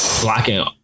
blocking